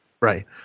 Right